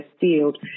field